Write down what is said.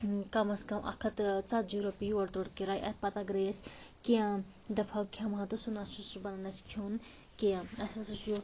کَم از کَم اکھ ہَتھ تہٕ ژتجی رُۄپیہِ یورٕ تورٕ کِراے اتہِ پتہِ اگر أسۍ کیٚنٛہہ دپہٕ ہاو کھیٚمہٕ ہاو تہٕ سُہ نَہ سا چھُ بنَن اسہ کھیٛون کیٚنٛہہ اسہِ ہَسا چھُ